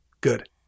Good